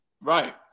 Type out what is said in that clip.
Right